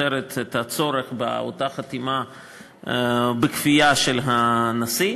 פוטרת את הצורך באותה חתימה בכפייה של הנשיא.